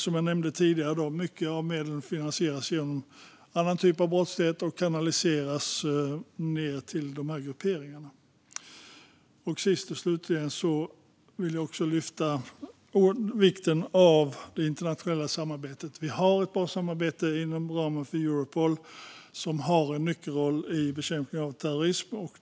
Som jag nämnde tidigare finansieras mycket av terrorismen genom annan brottslighet, och medlen kanaliseras till de här grupperingarna. Sist och slutligen vill jag lyfta fram vikten av det internationella samarbetet. Vi har ett bra samarbete inom ramen för Europol, som har en nyckelroll i bekämpningen av terrorism.